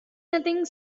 nothing